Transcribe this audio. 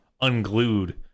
unglued